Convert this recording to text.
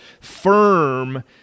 firm